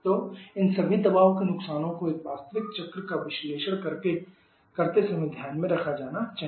तो इन सभी दबाव के नुकसानों को एक वास्तविक चक्र का विश्लेषण करते समय ध्यान में रखा जाना चाहिए